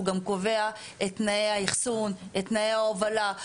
הוא גם קובע את תנאי האחסון, את תנאי ההובלה.